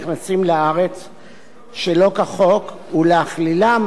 שלא כחוק ולהכלילם במאגר המשטרתי.